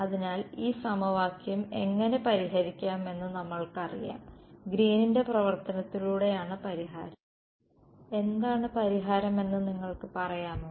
അതിനാൽ ഈ സമവാക്യം എങ്ങനെ പരിഹരിക്കാമെന്ന് നമ്മൾക്കറിയാം ഗ്രീനിന്റെ പ്രവർത്തനത്തിലൂടെയാണ് പരിഹാരം എന്താണ് പരിഹാരമെന്ന് നിങ്ങൾക്ക് പറയാമോ